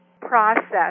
process